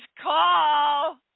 call